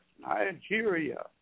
Nigeria